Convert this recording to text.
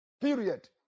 period